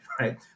right